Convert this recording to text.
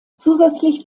zusätzlich